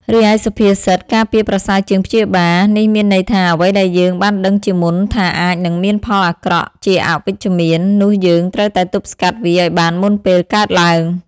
រីឯសុភាសិត "ការពារប្រសើរជាងព្យាបាល" នេះមានន័យថា អ្វីដែលយើងបានដឹងជាមុនថាអាចនឹងមានផលអាក្រក់ជាអវិជ្ជមាន នោះយើងត្រូវតែទប់ស្កាត់វាឱ្យបានមុនពេលកើតឡើង។